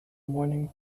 morning